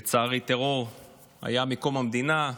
לצערי, טרור היה מקום המדינה,